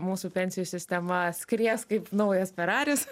mūsų pensijų sistema skries kaip naujas feraris